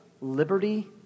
liberty